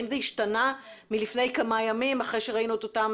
אם זה השתנה מלפני כמה ימים אחרי שראינו את אותם